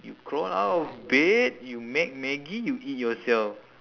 you crawl out of bed you make maggi you eat yourself